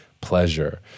pleasure